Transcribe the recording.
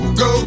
go